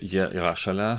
jie yra šalia